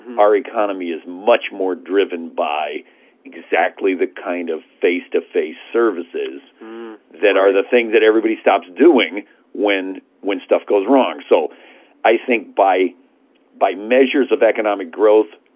our economy is much more driven by exactly the kind of face-to-face services that are the things that everybody stops doing when when stuff goes wrong. so i think by by measures of economic growth,